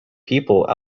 people